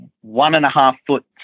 one-and-a-half-foot